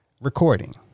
recording